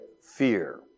fear